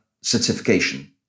certification